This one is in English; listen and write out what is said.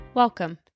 Welcome